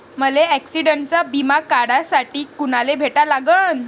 मले ॲक्सिडंटचा बिमा काढासाठी कुनाले भेटा लागन?